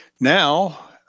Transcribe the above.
Now